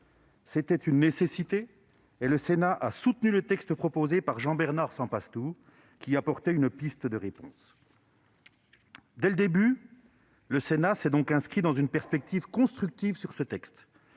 C'était une nécessité, et le Sénat a soutenu le texte proposé par Jean-Bernard Sempastous, qui visait à apporter une piste de réponse. Dès le début, le Sénat s'est donc inscrit dans une perspective constructive sur ce texte,